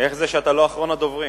איך זה שאתה לא אחרון הדוברים?